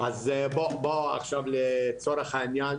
לצורך העניין,